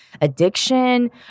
addiction